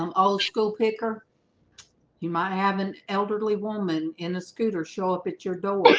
um old school picker you might have an elderly woman in a scooter show up at your door